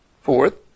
Fourth